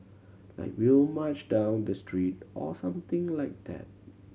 like we will march down the street or something like that